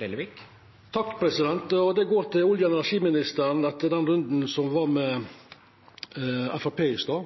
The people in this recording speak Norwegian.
Det går til olje- og energiministeren, etter den runden som var med Framstegspartiet i stad.